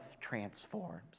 transforms